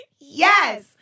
Yes